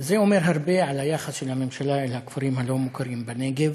זה אומר הרבה על היחס של הממשלה אל הכפרים הלא-מוכרים בנגב,